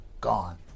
gone